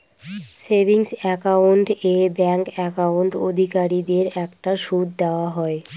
savings account এ bank account অধিকারীদের একটা সুদ দেওয়া হয়